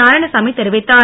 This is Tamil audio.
நாராயணசாமி தெரிவித்தார்